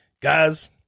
Guys